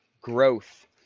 growth